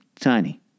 tiny